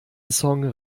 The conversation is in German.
song